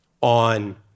on